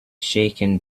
shaken